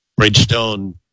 Bridgestone